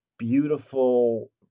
beautiful